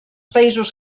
països